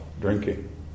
drinking